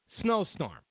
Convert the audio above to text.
snowstorm